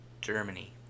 germany